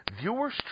Viewer's